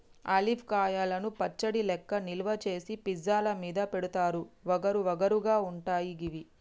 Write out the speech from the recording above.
olive కాయలను పచ్చడి లెక్క నిల్వ చేసి పిజ్జా ల మీద పెడుతారు వగరు వగరు గా ఉంటయి గివి